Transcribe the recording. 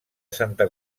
santa